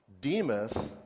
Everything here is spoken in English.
Demas